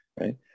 Right